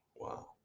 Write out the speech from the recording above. Wow